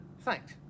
thanks